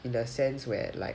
in the sense where like